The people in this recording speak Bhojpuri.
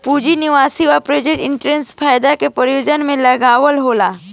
पूंजी निवेश आ प्रायोजित इन्वेस्टमेंट फंड के प्रबंधन में लागल रहेला